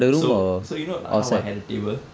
so so you know like how I had a table